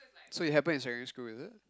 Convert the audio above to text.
so it happens in primary school is it